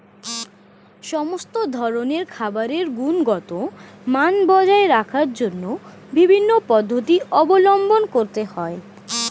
সমস্ত ধরনের খাবারের গুণগত মান বজায় রাখার জন্য বিভিন্ন পদ্ধতি অবলম্বন করতে হয়